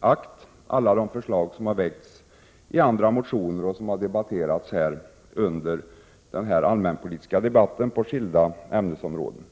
akt alla de förslag som har väckts i motioner och som har debatterats under den här allmänpolitiska debatten när det gäller skilda ämnesområden.